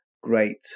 great